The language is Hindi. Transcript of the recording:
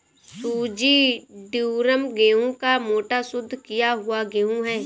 सूजी ड्यूरम गेहूं का मोटा, शुद्ध किया हुआ गेहूं है